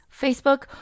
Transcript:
Facebook